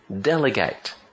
delegate